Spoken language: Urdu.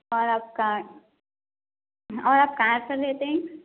اور آپ کا اور آپ کہاں پر رہتے ہیں